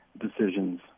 decisions